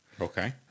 Okay